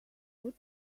what